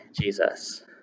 Jesus